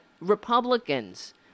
Republicans